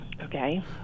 Okay